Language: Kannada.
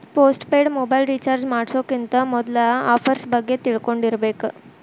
ಪೋಸ್ಟ್ ಪೇಯ್ಡ್ ಮೊಬೈಲ್ ರಿಚಾರ್ಜ್ ಮಾಡ್ಸೋಕ್ಕಿಂತ ಮೊದ್ಲಾ ಆಫರ್ಸ್ ಬಗ್ಗೆ ತಿಳ್ಕೊಂಡಿರ್ಬೇಕ್